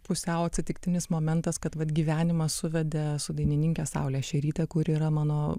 pusiau atsitiktinis momentas kad vat gyvenimas suvedė su dainininke saule šėrytė kuri yra mano